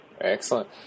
Excellent